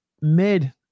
Mid